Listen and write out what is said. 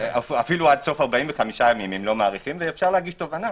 אם לא מאריכים, ואפשר להגיש תובענה.